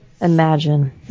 Imagine